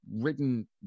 written